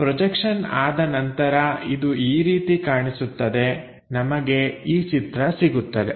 projection ಆದ ನಂತರ ಇದು ಈ ರೀತಿ ಕಾಣಿಸುತ್ತದೆ ನಮಗೆ ಈ ಚಿತ್ರ ಸಿಗುತ್ತದೆ